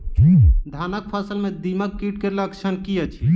धानक फसल मे दीमक कीट केँ लक्षण की अछि?